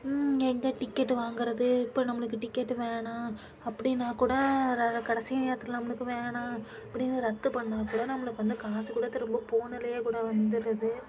எங்கே டிக்கெட்டு வாங்குறது இப்போ நம்மளுக்கு டிக்கெட்டு வேணாம் அப்படினா கூட கடைசி நேரத்தில் நம்மளுக்கு வேணாம் அப்படினு ரத்து பண்ணால் கூட நம்மளுக்கு வந்து காசு கூட திரும்ப ஃபோனுலையே கூட வந்துருது